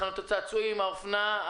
לחנויות האופנה,